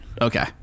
Okay